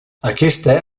aquesta